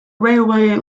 railway